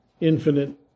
infinite